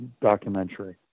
documentary